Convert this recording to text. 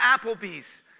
Applebee's